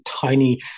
tiny